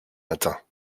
matins